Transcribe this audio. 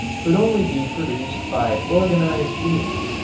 could only be produced by organized beings,